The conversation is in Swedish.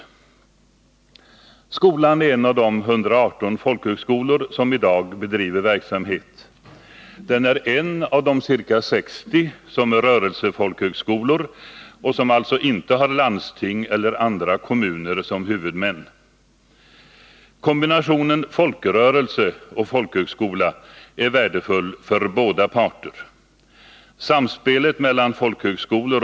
Skolan är en av de 118 folkhögskolor som i dag bedriver verksamhet. Den är en av de ca 60 som är rörelsefolkhögskolor, som alltså inte har landsting eller andra kommuner som huvudmän. Kombinationen folkrörelse-folkhögskola och samspelet dem emellan är av värde för båda parter.